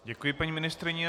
Děkuji, paní ministryně.